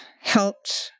helped